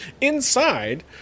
Inside